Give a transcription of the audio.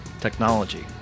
technology